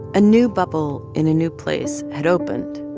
a new bubble in a new place had opened.